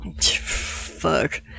fuck